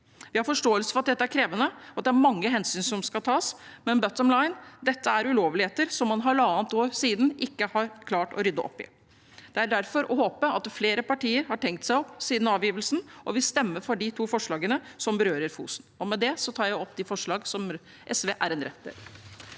Vi har forståelse for at dette er krevende, og at det er mange hensyn som skal tas, men «bottom line» er at dette er ulovligheter som man halvannet år senere ikke har klart å rydde opp i. Det er derfor å håpe at flere partier har tenkt seg om siden avgivelsen og vil stemme for de to forslagene som berører Fosen. Med det tar jeg opp de forslagene som SV og Rødt